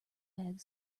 bag